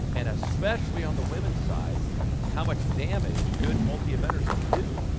and especially on the women's side how much damage good multi eventers can do.